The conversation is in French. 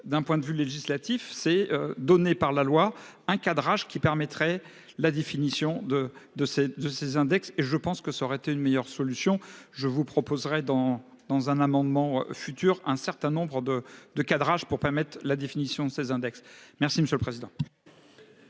d'un point de vue législatif s'est donnée par la loi un cadrage qui permettrait la définition de de ces de ces index et je pense que ça aurait été une meilleure solution je vous proposerai dans dans un amendement futur un certain nombre de de cadrage pour permettre la définition de 16 index. Merci monsieur le président.